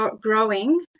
growing